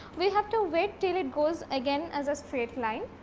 we have to wait till it goes again as a straight line.